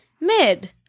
Mid